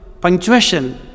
punctuation